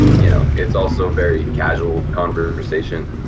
y'know, it's also very casual conversation.